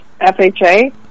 FHA